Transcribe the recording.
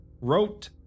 wrote